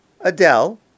Adele